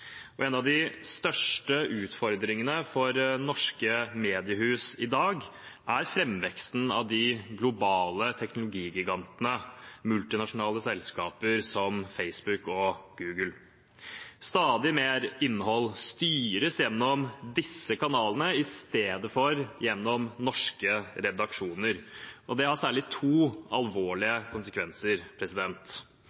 En av de største utfordringene for norske mediehus i dag er framveksten av de globale teknologigigantene, multinasjonale selskaper som Facebook og Google. Stadig mer innhold styres gjennom disse kanalene istedenfor gjennom norske redaksjoner. Det har særlig to alvorlige